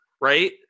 right